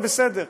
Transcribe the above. זה בסדר,